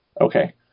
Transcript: Okay